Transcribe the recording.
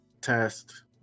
test